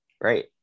Right